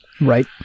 Right